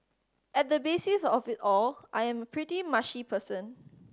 at the basis of it all I am pretty mushy person